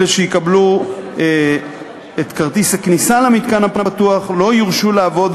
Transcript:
אלה שיקבלו את כרטיס הכניסה למתקן הפתוח לא יורשו לעבוד,